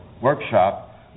Workshop